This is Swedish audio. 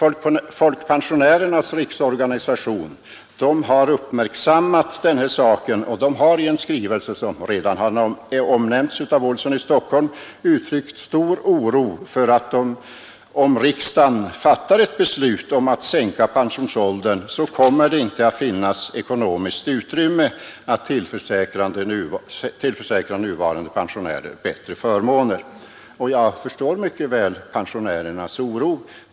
Folkpensionärernas riksorganisation har uppmärksammat denna sak och har i en skrivelse — som redan omnämnts av herr Olsson i Stockholm — uttryckt stor oro för att det inte kommer att finnas ekonomiskt utrymme att tillförsäkra nuvarande pensionärer bättre förmåner om riksdagen skulle fatta ett beslut om sänkt pensionsålder. Jag förstår mycket väl pensionärernas oro.